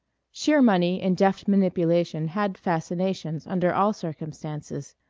sheer money in deft manipulation had fascinations under all circumstances,